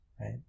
right